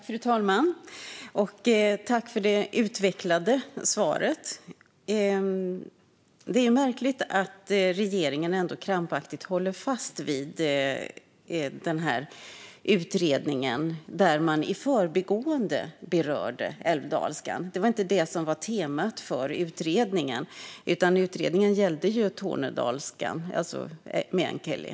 Fru talman! Jag tackar för det utvecklade svaret. Det är märkligt att regeringen krampaktigt håller fast vid den utredning som i förbigående berörde älvdalskan. Det var inte den som var temat för utredningen, utan utredningen gällde tornedalskan, alltså meänkieli.